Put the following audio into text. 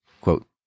Quote